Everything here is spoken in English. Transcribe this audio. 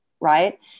Right